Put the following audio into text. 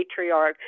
matriarch